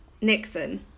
Nixon